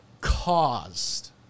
caused